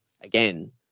again